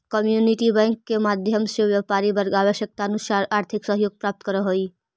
community bank के माध्यम से व्यापारी वर्ग आवश्यकतानुसार आर्थिक सहयोग प्राप्त करऽ हइ